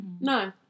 No